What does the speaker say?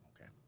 Okay